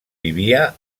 vivia